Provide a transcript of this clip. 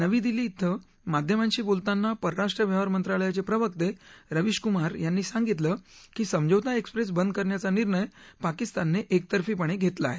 नवी दिल्ली धिं माध्यमांशी बोलताना परराष्ट्र व्यवहार मंत्रालयाचे प्रवक्ते रविशकुमार यांनी सांगितलं की समझौता एक्सप्रेस बंद करण्याचा निर्णय पाकिस्ताने एकतर्फीपणे घेतला आहे